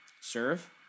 Serve